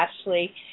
Ashley